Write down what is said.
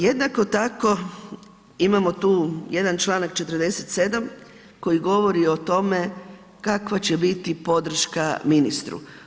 Jednako tako imamo tu jedan članak 47 koji govori o tome kakva će biti podrška ministru.